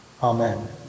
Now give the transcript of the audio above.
Amen